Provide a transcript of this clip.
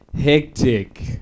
Hectic